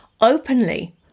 openly